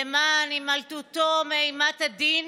למען הימלטותו מאימת הדין